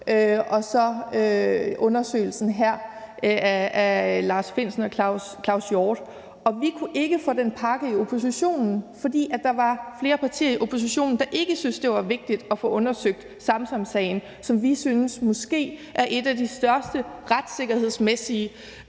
og så undersøgelsen her af Lars Findsen og Claus Hjort Frederiksen, og vi kunne ikke få den pakke i oppositionen, fordi der var flere partier i opposition, der ikke syntes, det var vigtigt at få undersøgt Samsamsagen, som vi synes måske er et af de største retssikkerhedsmæssige